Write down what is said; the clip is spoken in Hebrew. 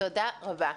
תודה רבה.